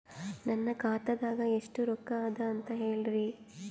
ನನ್ನ ಖಾತಾದಾಗ ಎಷ್ಟ ರೊಕ್ಕ ಅದ ಅಂತ ಹೇಳರಿ?